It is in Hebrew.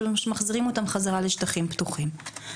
מחזירים אותם חזרה לשטחים פתוחים.